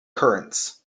currents